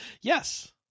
Yes